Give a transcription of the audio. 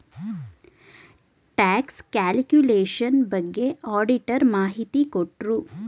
tax calculation ಬಗ್ಗೆ auditor ಮಾಹಿತಿ ಕೊಟ್ರು